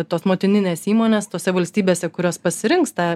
tos motininės įmonės tose valstybėse kurios pasirinks tą